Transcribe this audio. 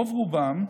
רוב-רובם,